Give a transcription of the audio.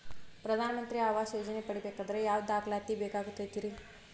ಪ್ರಧಾನ ಮಂತ್ರಿ ಆವಾಸ್ ಯೋಜನೆ ಪಡಿಬೇಕಂದ್ರ ಯಾವ ದಾಖಲಾತಿ ಬೇಕಾಗತೈತ್ರಿ?